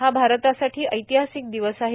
हा भारतासाठी ऐतिहासिक दिवस आहे